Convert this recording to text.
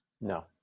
No